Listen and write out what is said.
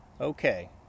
Okay